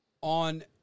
On